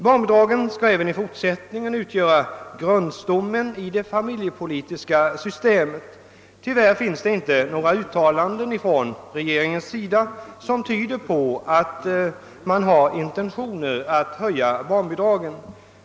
Barnbidragen skall även i fortsättningen utgöra grundstommen i det familjepolitiska systemet. Tyvärr finns det inte några uttalanden från regeringens sida som tyder på att man har intentioner att höja barnbidragen.